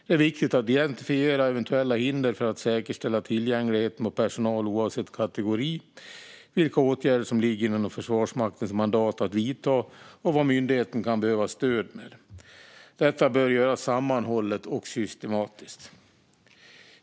Det är viktigt att identifiera eventuella hinder för att säkerställa tillgängligheten på personal oavsett kategori, vilka åtgärder som ligger inom Försvarsmaktens mandat att vidta och vad myndigheten kan behöva stöd för. Detta bör göras sammanhållet och systematiskt.